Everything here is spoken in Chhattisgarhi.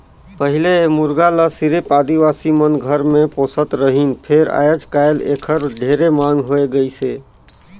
पहिले ए मुरगा ल सिरिफ आदिवासी मन घर मे पोसत रहिन फेर आयज कायल एखर ढेरे मांग होय गइसे